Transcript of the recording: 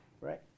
right